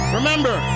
Remember